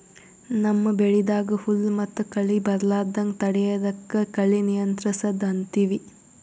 ನಮ್ಮ್ ಬೆಳಿದಾಗ್ ಹುಲ್ಲ್ ಮತ್ತ್ ಕಳಿ ಬರಲಾರದಂಗ್ ತಡಯದಕ್ಕ್ ಕಳಿ ನಿಯಂತ್ರಸದ್ ಅಂತೀವಿ